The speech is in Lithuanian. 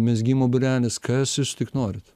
mezgimo būrelis kas tik norit